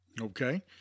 Okay